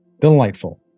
Delightful